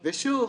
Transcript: ושוב,